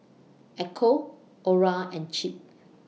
Echo Orra and Chip